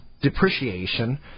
depreciation